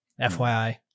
FYI